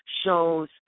shows